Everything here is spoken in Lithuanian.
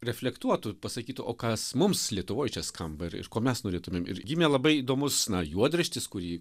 reflektuotų pasakytų o kas mums lietuvoj čia skamba ir ko mes norėtumėm ir gimė labai įdomus na juodraštis kurį